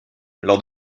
lors